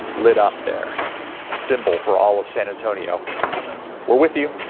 lit up there. a symbol for all of san antonio. we're with you.